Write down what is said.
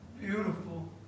Beautiful